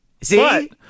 See